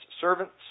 servants